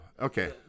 okay